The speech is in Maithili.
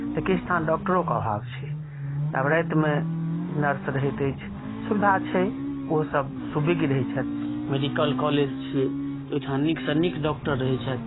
तऽ किछुठाम डॉक्टरो के आभाव छै आब रातिमे नर्स रहैत अछि सुविधा छै ओ सब सुविज्ञ रहै छथि मेडिकल कॉलेज छियै तऽ ओहिठाम नीकसँ नीक डॉक्टर रहै छथि